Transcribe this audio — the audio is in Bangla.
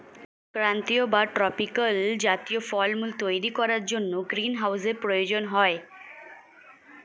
ক্রান্তীয় বা ট্রপিক্যাল জাতীয় ফলমূল তৈরি করার জন্য গ্রীনহাউসের প্রয়োজন হয়